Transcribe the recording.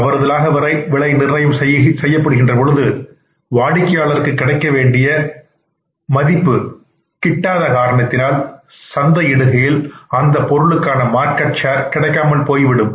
தவறுதலான விலை நிர்ணயம் செய்யப்படுகின்றபோது வாடிக்கையாளருக்கு கிடைக்கவேண்டிய மதிப்பு கிடைக்காத காரணத்தினால் சந்தையிடுகையில் அந்த பொருளுக்கான சந்தை பங்கீடு கிடைக்காமல் போய்விடும்